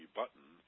button